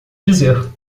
dizer